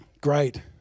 Great